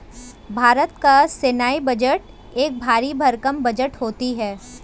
भारत का सैन्य बजट एक भरी भरकम बजट होता है